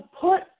put